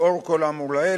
לאור כל האמור לעיל,